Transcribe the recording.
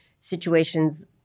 situations